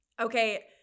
okay